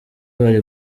bari